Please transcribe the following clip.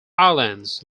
islands